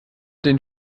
den